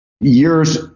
years